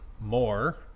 more